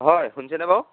হয় শুনিছেনে বাৰু